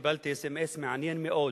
קיבלתי אס.אם.אס מעניין מאוד,